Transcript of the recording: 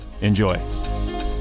Enjoy